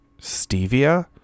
Stevia